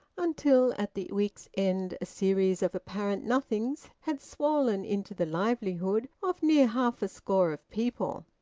until at the week's end a series of apparent nothings had swollen into the livelihood of near half a score of people.